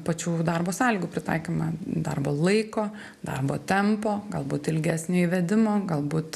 pačių darbo sąlygų pritaikymą darbo laiko darbo tempo galbūt ilgesnio įvedimo galbūt